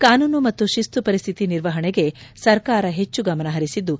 ಕಾನೂನು ಮತ್ತು ಶಿಸ್ತು ಪರಿಸ್ಥಿತಿ ನಿರ್ವಹಣೆಗೆ ಸರ್ಕಾರ ಹೆಚ್ಚು ಗಮನ ಹರಿಸಿದ್ದು